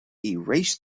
erased